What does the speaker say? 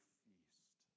feast